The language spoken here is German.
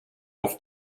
auf